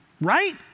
right